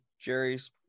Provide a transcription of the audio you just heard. Jerry's